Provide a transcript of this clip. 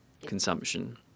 consumption